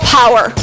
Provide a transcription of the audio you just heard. power